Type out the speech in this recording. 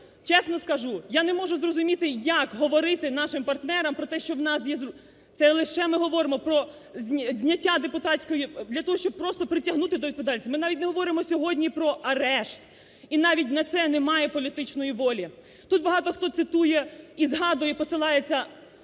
чесно скажу, я не можу зрозуміти як говорити нашим партнерам про те, що в нас є… Це лише ми говоримо про зняття депутатської, для того, щоб притягнути до відповідальності, ми навіть не говоримо сьогодні про арешт і навіть на це немає політичної волі. Тут багато хто цитує і згадує, посилається